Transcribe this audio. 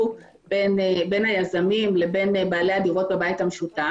בין היזמים לבין בעלי הדירות בבית המשותף.